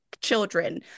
children